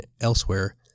elsewhere